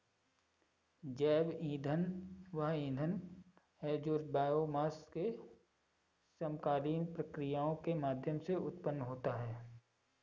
जैव ईंधन वह ईंधन है जो बायोमास से समकालीन प्रक्रियाओं के माध्यम से उत्पन्न होता है